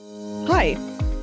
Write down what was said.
hi